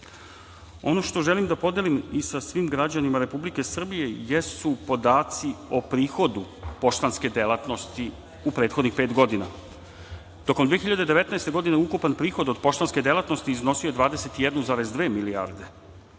Ono što želim da podelim sa svim građanima Republike Srbije jesu podaci o prihodu poštanske delatnosti u prethodnih pet godina. Tokom 2019. godine ukupan prihod od poštanske delatnosti iznosio je 21,2 milijarde,